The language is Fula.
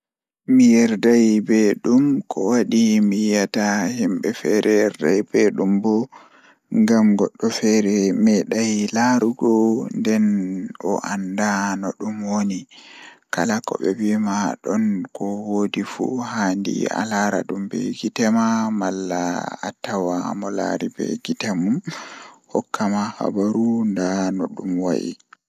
Mi yerdai be ɗum kowaɗi mi yi'ata himɓe feere ɗon Miɗo waawi faamaade hay goɗɗum e ceertugol ɓe. Ko waɗi woorude sabu ngal waɗi faamaade tawaareeji e ngal waɗi loowe. Kadi, e jammaaji ɓe, jooni ɗum no waawataa baɗte faamugol ngal o waɗi e hakkunde tawii waɗi ko am firtiimaaji ngal e faamugol ngal so baɗte.